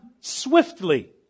swiftly